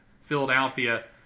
Philadelphia